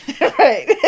right